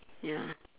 ya